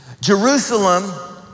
Jerusalem